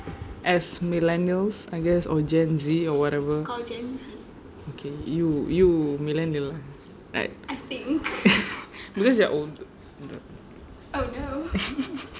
as millennials I guess or gen Z or whatever okay you you millennial right because you are ol~ older